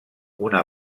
una